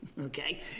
okay